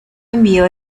envió